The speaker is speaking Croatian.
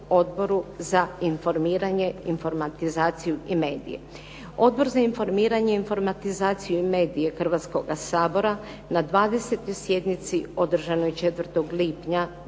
Odbor za informiranje, informatizaciju i medije. Odbor za informiranje, informatizaciju i medije Hrvatskoga sabora na 20. sjednici održane 24. lipnja